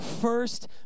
first